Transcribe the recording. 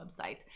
website